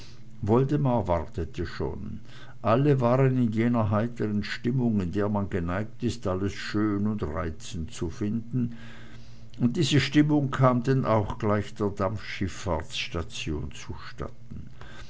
woldemar wartete schon alle waren in jener heitern stimmung in der man geneigt ist alles schön und reizend zu finden und diese stimmung kam denn auch gleich der dampfschiffahrtsstation zustatten